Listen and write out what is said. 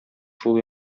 шул